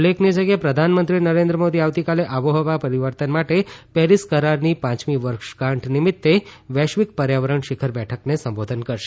ઉલ્લેખનીય છે કે પ્રધાનમંત્રી નરેન્દ્ર મોદી આવતીકાલે આબોહવા પરીવર્તન માટે પેરીસ કરારની પાંચમી વર્ષગાંઠ નિમિત્ત વૈશ્વિક પર્યાવરણ શિખર બેઠકને સંબોધન કરશે